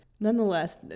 Nonetheless